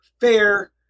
fair